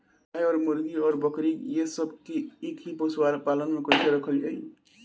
गाय और मुर्गी और बकरी ये सब के एक ही पशुपालन में कइसे रखल जाई?